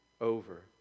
over